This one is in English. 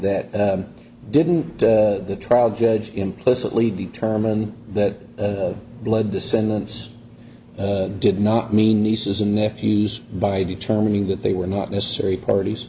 that didn't the trial judge implicitly determine that the blood descendants did not mean nieces and nephews by determining that they were not necessary parties